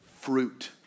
fruit